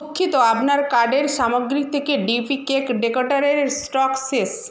দুঃখিত আপনার কার্টের সামগ্রী থেকে ডিপি কেক ডেকরেটারের স্টক শেষ